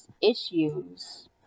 issues